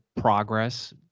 progress